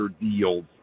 deals